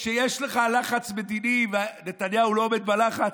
כשיש לך לחץ מדיני ונתניהו לא עומד בלחץ,